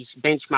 benchmark